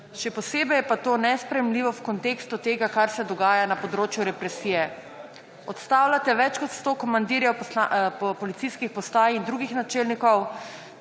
Še posebej je pa to nesprejemljivo v kontekstu tega, kar se dogaja na področju represije. Odstavljate več kot sto komandirjev policijskih postaj in drugih načelnikov,